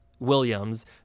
Williams